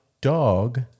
dog